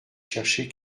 chercher